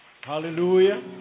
Hallelujah